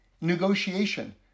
negotiation